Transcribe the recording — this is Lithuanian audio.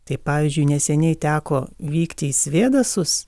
taip pavyzdžiui neseniai teko vykti į svėdasus